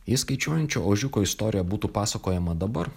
jei skaičiuojančio ožiuko istorija būtų pasakojama dabar